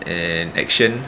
an action